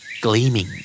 gleaming